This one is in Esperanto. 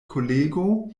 kolego